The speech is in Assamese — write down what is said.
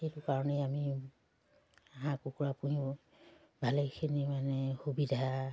সেইটো কাৰণে আমি হাঁহ কুকুৰা পোহোঁ ভালেখিনি মানে সুবিধা